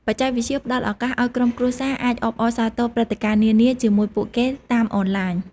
បច្ចេកវិទ្យាផ្តល់ឱកាសឲ្យក្រុមគ្រួសារអាចអបអរសាទរព្រឹត្តិការណ៍នានា ជាមួយពួកគេតាមអនឡាញ។